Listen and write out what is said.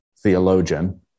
theologian